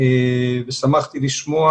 שמחתי לשמוע,